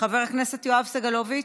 חבר הכנסת יואב סגלוביץ',